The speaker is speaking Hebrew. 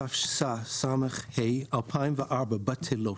התשס"ה-2004 בטלות.